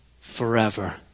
forever